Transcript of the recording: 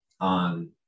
on